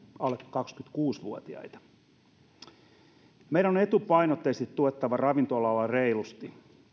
alle kaksikymmentäkuusi vuotiaita meidän on etupainotteisesti tuettava ravintola alaa reilusti